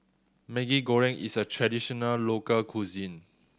Maggi Goreng is a traditional local cuisine